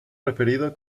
referido